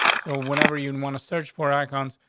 so whenever you and want to search for icons,